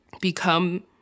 become